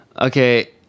Okay